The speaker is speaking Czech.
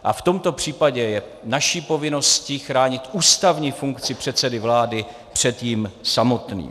A v tomto případě je naší povinností chránit ústavní funkci předsedy vlády před ním samotným.